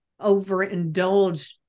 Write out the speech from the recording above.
overindulge